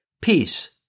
peace